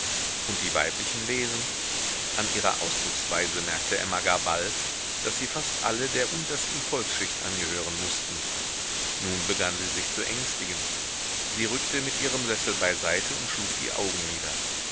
und die weiblichen wesen an ihrer ausdrucksweise merkte emma gar bald daß sie fast alle der untersten volksschicht angehören mußten nun begann sie sich zu ängstigen sie rückte mit ihrem sessel beiseite und schlug die augen nieder